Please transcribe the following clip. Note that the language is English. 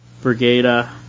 Brigada